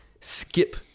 skip